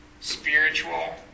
spiritual